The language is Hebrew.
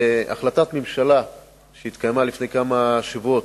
בהחלטת ממשלה שהתקבלה לפני כמה שבועות,